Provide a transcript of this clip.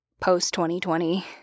post-2020